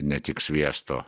ne tik sviesto